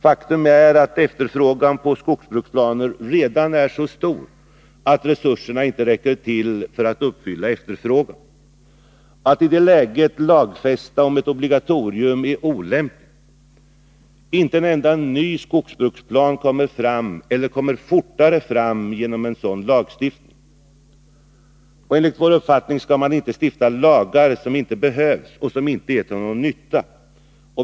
Faktum är att efterfrågan på skogsbruksplaner redan nu är så stor att resurserna inte räcker till för att uppfylla efterfrågan. Att i det läget lagstifta om ett obligatorium är olämpligt. Inte en enda ny skogsbruksplan kommer fram — eller kommer fortare fram — genom en sådan lagstiftning. Enligt vår uppfattning skall vi inte stifta lagar som inte behövs och som inte är till någon nytta.